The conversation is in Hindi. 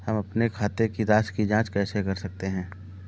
हम अपने खाते की राशि की जाँच कैसे कर सकते हैं?